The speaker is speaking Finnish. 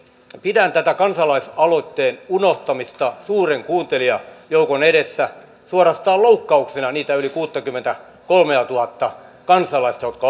pidän tätä kansalaisaloitteen unohtamista suuren kuuntelijajoukon edessä suorastaan loukkauksena niitä yli kuuttakymmentäkolmeatuhatta kansalaista kohtaan jotka